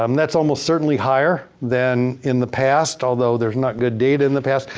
um that's almost certainly higher than in the past. although there's not good data in the past.